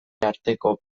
arteko